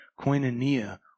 koinonia